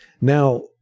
Now